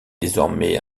désormais